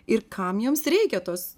ir kam joms reikia tos